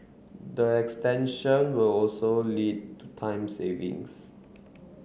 the extension will also lead to time savings